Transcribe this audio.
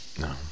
No